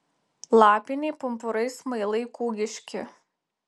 lapiniai pumpurai smailai kūgiški